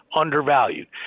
undervalued